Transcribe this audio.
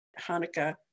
Hanukkah